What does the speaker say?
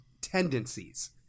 tendencies